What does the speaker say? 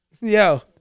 yo